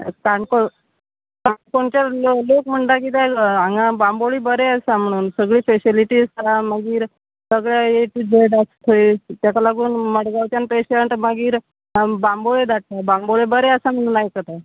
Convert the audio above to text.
काणकोण काणकोणचे लोक लोक म्हणटा किद्याक हांगा बांबोळी बरें आसा म्हणून सगळी फेसिलीटी आसा मागीर सगळे ए टू झेड आसा थंय तेका लागून मडगांवच्यान पेशंट मागीर बांबोळे धाडटा बांबोळे बरें आसा म्हणून आयकलां